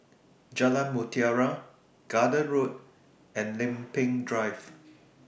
Jalan Mutiara Garden Road and Lempeng Drive